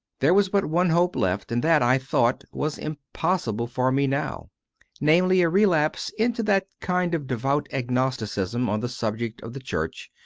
there was but one hope left, and that, i thought, was impossible for me now namely, a relapse into that kind of devout agnosticism on the subject of the church,